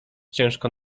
ciężko